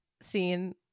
scene